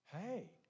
Hey